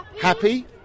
Happy